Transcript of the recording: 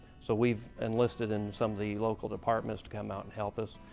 so, we've enlisted and some of the local departments to come out and help us,